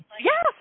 Yes